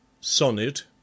Sonnet